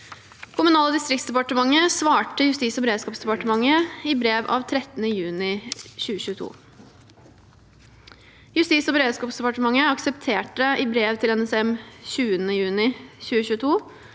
Kommunal- og distriktsdepartementet svarte Justis- og beredskapsdepartementet i brev av 13. juni 2022. Justis- og beredskapsdepartementet aksepterte i brev til NSM av 20. juni 2022